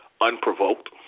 unprovoked